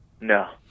No